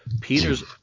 peter's